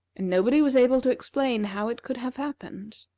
and nobody was able to explain how it could have happened.